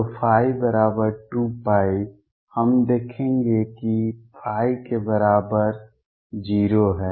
तो ϕ बराबर 2 हम देखेंगे कि के बराबर 0 है